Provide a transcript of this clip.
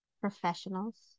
professionals